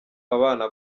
abana